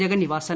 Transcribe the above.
Jagannivasan